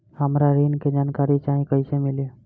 हमरा ऋण के जानकारी चाही कइसे मिली?